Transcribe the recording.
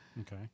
Okay